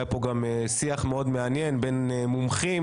היה פה גם שיח מאוד מעניין בין מומחים,